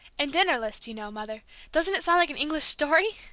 and dinner lists, you know, mother doesn't it sound like an english story!